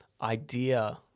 idea